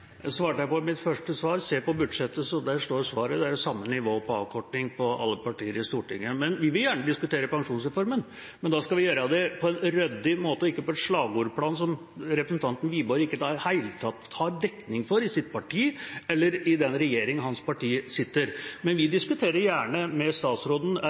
svarte jeg på i mitt første svar: Se på budsjettet. Der står svaret. Alle partier i Stortinget har samme nivå når det gjelder avkorting. Vi vil gjerne diskutere pensjonsreformen, men da skal vi gjøre det på en ryddig måte, og ikke på et slagordplan, som representanten Wiborg ikke i det hele tatt har dekning for i sitt parti eller i den regjering hans parti sitter. Vi diskuterer gjerne erfaringene med pensjonsreformen med statsråden,